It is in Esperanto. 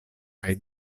kaj